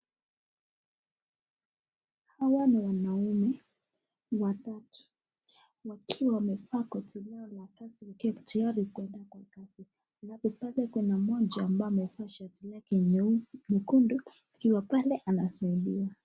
Hawa ni wanaume watatu wakiwa wamevaa koti lao la kazi wakiwa tayari kuenda kwa kazi, halafu pale kuna mmoja ambaye amevaa shati lake nyekundu akiwa pale anasaidiwa.